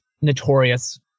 notorious